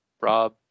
Rob